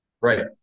Right